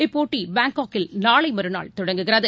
இப்போட்டி பேங்காக்கில் நாளை மறுநாள் தொடங்குகிறது